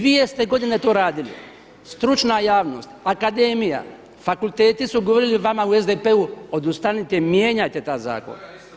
Dvije ste godine to radili, stručna javnost, akademija, fakulteti su govorili vama u SDP-u, odustanite, mijenjajte taj zakon.